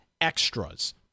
extras